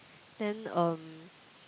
then um